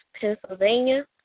Pennsylvania